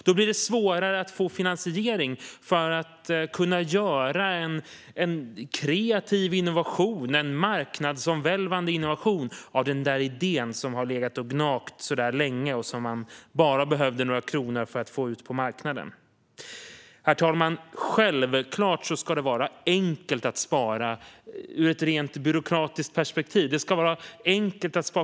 Det blir svårare att få finansiering för att kunna göra en kreativ, marknadsomvälvande innovation av den där idén som har legat och gnagt länge - man behöver bara några kronor för att få ut den på marknaden. Riksrevisionens rapport om investe-ringssparkonto Herr talman! Det ska självklart vara enkelt att spara, ur ett rent byråkratiskt perspektiv.